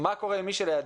מה קורה עם מי שלידנו,